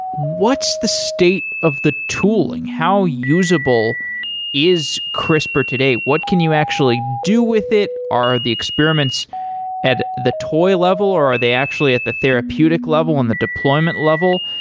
what's the state of the tooling? how usable is crispr today? what can you actually do with it? are the experiments at the toy level, or are they actually at the therapeutic level, in the deployment level?